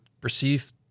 perceived